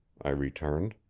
i returned.